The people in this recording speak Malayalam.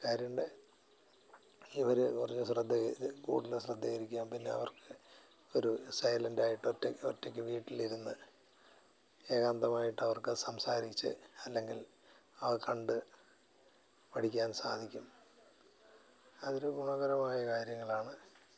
കരണ്ട് ഇവർ കുറച്ച് ശ്രദ്ധ ചെയ്തു കൂടുതൽ ശ്രദ്ധീകരിക്കാം പിന്നെ അവർക്ക് ഒരു സൈലൻ്റായിട്ട് ഒറ്റ ഒറ്റയ്ക്ക് വീട്ടിലിരുന്ന് ഏകാന്തമായിട്ട് അവർക്ക് സംസാരിച്ചു അല്ലെങ്കിൽ അവ കണ്ടു പഠിക്കാൻ സാധിക്കും അതൊരു ഗുണകരമായ കാര്യങ്ങളാണ്